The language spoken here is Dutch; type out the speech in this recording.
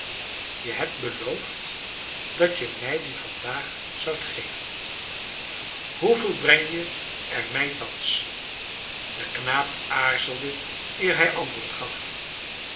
je hebt beloofd dat je mij die vandaag zoudt geven hoeveel breng je er mij thans de knaap aarzelde eer hij antwoord gaf